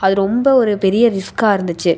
அது ரொம்ப ஒரு பெரிய ரிஸ்க்காக இருந்துச்சு